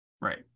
Right